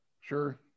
sure